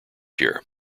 year